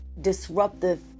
disruptive